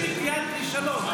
-- תושיט יד לשלום.